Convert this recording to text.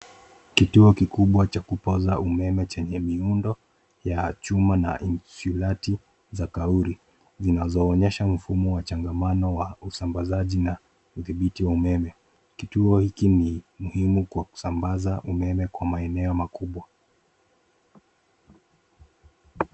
Kituo kikubwa cha kupoza umeme chenye miundo ya chuma na inchilati za kauli zinazoonyesha mfumo wa changamano wa usambazaji na udhibiti wa umeme. Kituo hiki ni muhimu kwa kusambaza umeme kwa maeneo makubwa.